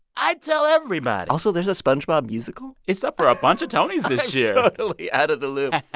i'd tell everybody also, there's a spongebob musical? it's up for a bunch of tonys this year i'm totally out of the loop